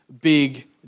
big